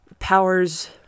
powers